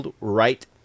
right